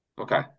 Okay